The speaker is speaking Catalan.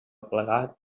aplegar